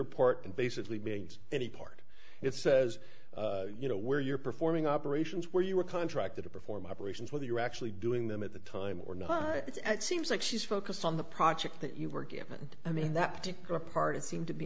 apart and basically beings any part it says you know where you're performing operations where you were contracted to perform operations whether you're actually doing them at the time or not it seems like she's focused on the project that you were given i mean that particular part seemed to be